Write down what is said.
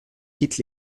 quitte